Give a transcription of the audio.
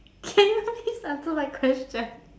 can you please answer my question